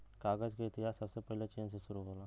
कागज क इतिहास सबसे पहिले चीन से शुरु होला